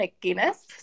Guinness